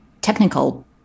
technical